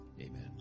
Amen